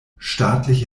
staatliche